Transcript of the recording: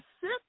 sit